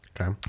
Okay